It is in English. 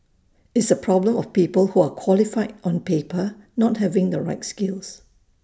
it's A problem of people who are qualified on paper not having the right skills